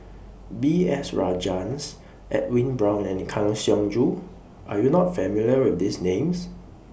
B S Rajhans Edwin Brown and Kang Siong Joo Are YOU not familiar with These Names